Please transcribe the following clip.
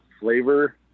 flavor